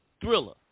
Thriller